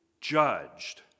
judged